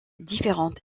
différentes